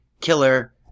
killer